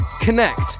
connect